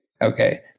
okay